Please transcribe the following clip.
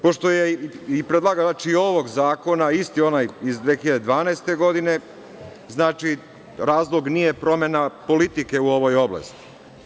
Pošto je predlagač i ovog zakona isti onaj iz 2012. godine, znači razlog nije promena politike u ovoj oblasti.